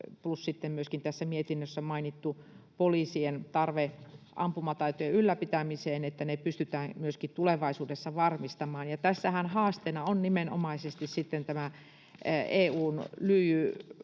plus myöskin tässä mietinnössä mainittu poliisien ampumataitojen ylläpitäminen pystytään myöskin tulevaisuudessa varmistamaan. Ja tässähän haasteena on sitten nimenomaisesti EU:n lyijyä